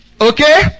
Okay